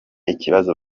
ikibazo